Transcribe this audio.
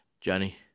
johnny